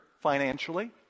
financially